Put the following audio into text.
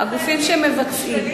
הגופים שמבצעים.